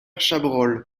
chabrol